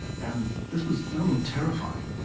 and this was not only terrifying,